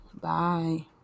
Bye